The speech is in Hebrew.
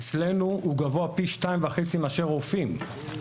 אצלנו הוא גבוה פי 2.5 מאשר רופאים.